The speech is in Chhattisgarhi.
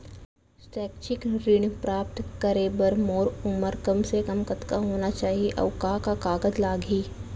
शैक्षिक ऋण प्राप्त करे बर मोर उमर कम से कम कतका होना चाहि, अऊ का का कागज लागही?